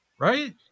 right